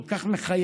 כל כך מחייב,